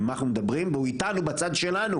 מה אנחנו מדברים והוא איתנו בצד שלנו,